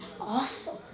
awesome